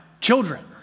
children